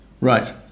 Right